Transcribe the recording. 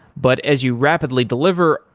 but as you rapidly deliver,